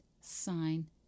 sign